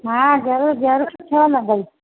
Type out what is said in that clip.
हा ज़रूर ज़रूर छो न भई